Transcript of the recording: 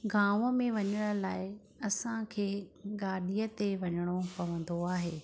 गांव में वञण लाइ असांखे गाॾीअ ते वञणो पवंदो आहे